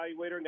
evaluator